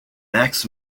max